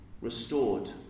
restored